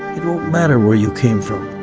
it won't matter where you came from,